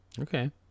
Okay